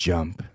Jump